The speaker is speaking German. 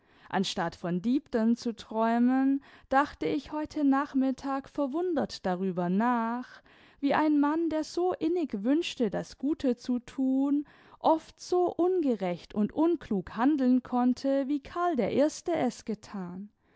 anstatt von deepden zu träumen dachte ich heute nachmittag verwundert darüber nach wie ein mann der so innig wünschte das gute zu thun oft so ungerecht und unklug handeln konnte wie karl i es gethan